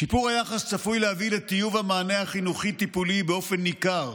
שיפור היחס צפוי להביא לטיוב המענה החינוכי-טיפולי באופן ניכר,